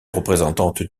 représentante